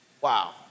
Wow